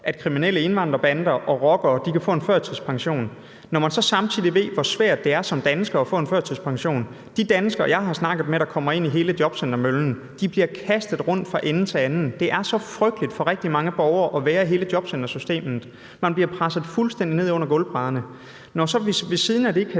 at kriminelle indvandrerbander og rockere kan få tilkendt en førtidspension, og samtidig ved man, hvor svært det er som dansker at få tilkendt en førtidspension. De danskere, jeg har snakket med, der kommer ind i hele jobcentermøllen, bliver kastet rundt fra ende til anden. Det er så frygteligt for rigtig mange borgere at være i hele jobcentersystemet. Man bliver presset fuldstændig ned under gulvbrædderne. Når vi så ved siden af det